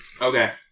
Okay